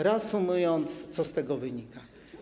Reasumując: Co z tego wynika?